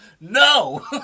no